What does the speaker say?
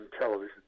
television